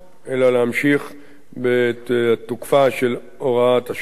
אלא להמשיך בתוקפה של הוראת השעה,